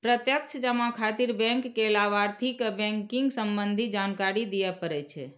प्रत्यक्ष जमा खातिर बैंक कें लाभार्थी के बैंकिंग संबंधी जानकारी दियै पड़ै छै